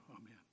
amen